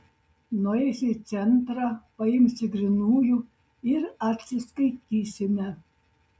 nueisiu į centrą paimsiu grynųjų ir atsiskaitysime